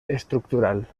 estructural